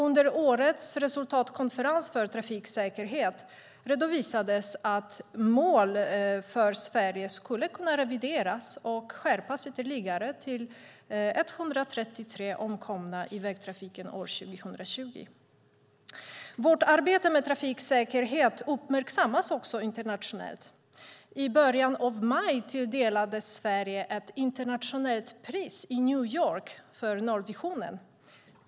Under årets resultatkonferens för trafiksäkerhet redovisades att Sveriges mål skulle kunna revideras och skärpas ytterligare till högst 133 omkomna i vägtrafiken år 2020. Vårt arbete med trafiksäkerhet uppmärksammas också internationellt. I början av maj tilldelades Sverige ett internationellt pris i New York för nollvisionen.